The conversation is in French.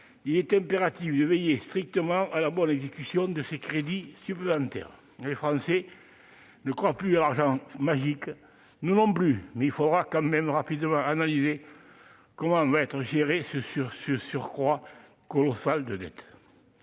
il sera impératif de veiller strictement à la bonne exécution de ces crédits supplémentaires. Les Français ne croient plus à l'argent magique, nous non plus. Néanmoins, il faudra rapidement analyser comment sera géré ce surcroît colossal de dette.